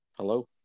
Hello